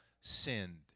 sinned